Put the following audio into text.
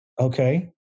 Okay